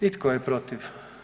I tko je protiv?